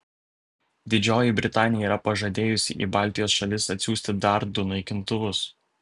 didžioji britanija yra pažadėjusi į baltijos šalis atsiųsti dar du naikintuvus